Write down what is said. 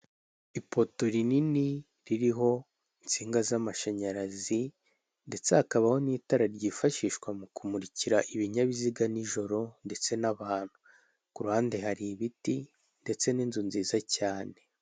Ipoto rinini ririho insinga z'amashanyarazi ndetse hakabaho n'itara ryifashishwa mu kumurikira ibinyabiziga nijoro ndetse n'abantu kuruhande hari ibiti ndetse n'inzu nziza cyane.